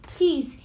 Please